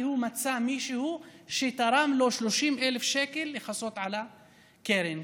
כי הוא מצא מישהו שתרם לו 30,000 שקלים לכסות על הקרן.